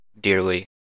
dearly